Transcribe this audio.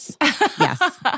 Yes